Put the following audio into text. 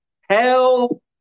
hell